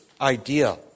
idea